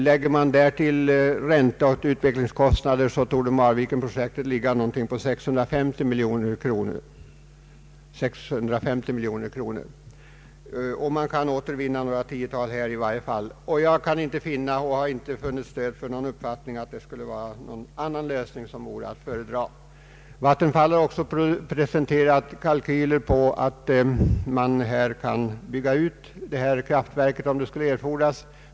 Lägger man därtill ränteoch utvecklingskostnader torde Marvikenprojektets kostnader belöpa sig till cirka 650 mil joner kronor. Av dessa kan man återvinna i varje fall något tiotal miljoner kronor vid denna lösning, och jag har inte kunnat finna stöd för uppfattningen att något annat alternativ vore att föredra. Vattenfall har också presenterat kalkyler utvisande att man kan bygga ut detta kraftverk om det skulle erfordras.